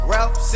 Ralph